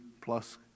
plus